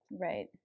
Right